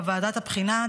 בוועדת הבחינה,